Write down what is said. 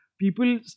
people